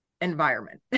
environment